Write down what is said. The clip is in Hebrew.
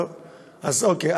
טוב, אוקיי.